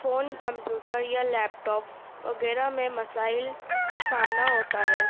phone computer یا laptop وغیرہ میں مسائل کا سامنا ہوتا ہے